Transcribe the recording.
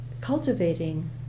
cultivating